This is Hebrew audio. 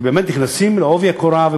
כי באמת נכנסים בעובי הקורה,